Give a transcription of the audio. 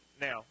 Now